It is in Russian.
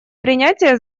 принятия